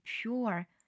pure